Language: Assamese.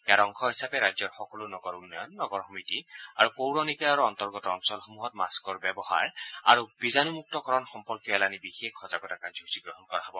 ইয়াৰ অংশ হিচাপে ৰাজ্যৰ সকলো নগৰ উন্নয়ন নগৰ সমিতি আৰু পৌৰ নিকায়ৰ অন্তৰ্গত অঞ্চলসমূহত মাস্থৰ ব্যৱহাৰ আৰু বীজাণুমুক্তকৰণ সম্পৰ্কীয় এলানি বিশেষ সজাগতা কাৰ্যসূচী গ্ৰহণ কৰা হব